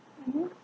mmhmm